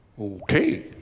okay